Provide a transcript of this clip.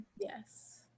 yes